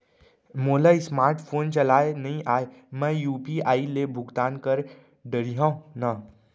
मोला smartphone चलाए नई आए मैं यू.पी.आई ले भुगतान कर डरिहंव न?